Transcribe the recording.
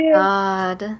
god